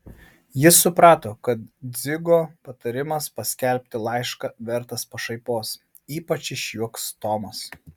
jis suprato kad dzigo patarimas paskelbti laišką vertas pašaipos ypač išjuoks tomas